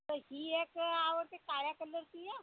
तर ही एक आवडते काळ्या कलरची आहे